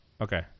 Okay